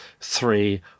three